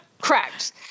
Correct